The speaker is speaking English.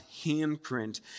handprint